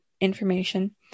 information